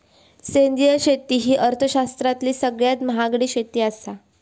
सेंद्रिय शेती ही अर्थशास्त्रातली सगळ्यात महागडी शेती आसा